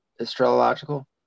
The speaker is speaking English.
Astrological